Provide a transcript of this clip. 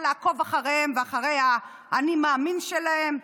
לעקוב אחריהם ואחרי ה"אני מאמין" שלהם.